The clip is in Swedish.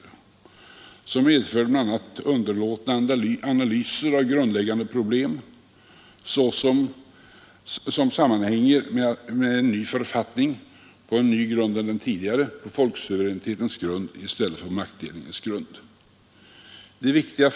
Och som medförde bl.a. underlåtna analyser av grundläggande problem som sammanhänger med en ny författning på en annan grund än den tidigare folksuveränitetens grund i stället för maktdelningens grund.